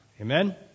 Amen